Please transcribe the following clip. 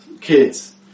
kids